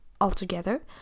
altogether